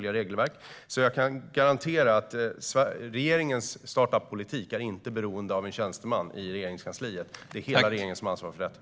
Jag kan garantera att regeringens startup-politik inte är beroende av en tjänsteman i Regeringskansliet. Det är hela regeringen som ansvarar för den.